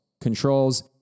controls